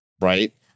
Right